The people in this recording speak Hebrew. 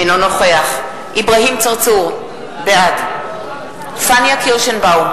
אינו נוכח אברהים צרצור, בעד פניה קירשנבאום,